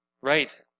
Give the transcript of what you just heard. right